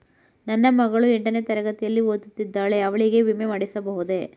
ನನ್ನ ಮಗಳು ಎಂಟನೇ ತರಗತಿಯಲ್ಲಿ ಓದುತ್ತಿದ್ದಾಳೆ ಅವಳಿಗೆ ವಿಮೆ ಮಾಡಿಸಬಹುದೇ?